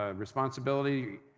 ah responsibility,